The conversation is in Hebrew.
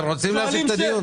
אתם רוצים להמשיך את הדיון?